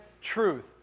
truth